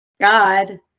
god